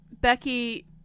becky